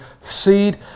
seed